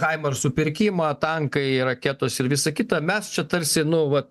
haimer supirkimą tankai raketos ir visa kita mes čia tarsi nu vat